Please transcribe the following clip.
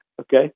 okay